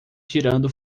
tirando